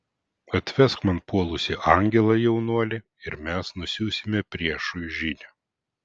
atvesk man puolusį angelą jaunuoli ir mes nusiųsime priešui žinią